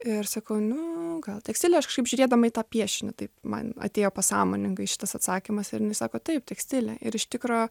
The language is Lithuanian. ir sakau nu gal tekstilė aš kaip žiūrėdama į tą piešinį taip man atėjo pasąmoningai šitas atsakymas ir jinai sako taip tekstilė ir iš tikro